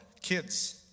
kids